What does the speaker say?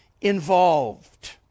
involved